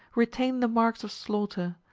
retain the marks of slaughter.